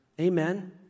Amen